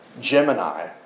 Gemini